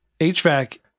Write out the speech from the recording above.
HVAC